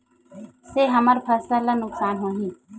से हमर फसल ला नुकसान होही?